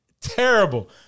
Terrible